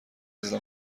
زدم